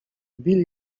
bill